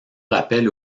rappelle